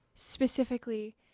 specifically